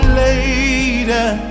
later